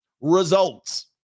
Results